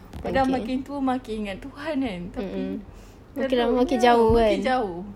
okay mm mm makin lama makin jauh kan